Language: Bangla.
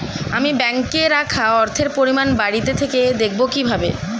আমি ব্যাঙ্কে রাখা অর্থের পরিমাণ বাড়িতে থেকে দেখব কীভাবে?